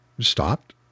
Stopped